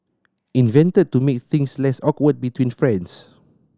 invented to make things less awkward between friends